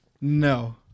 No